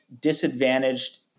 disadvantaged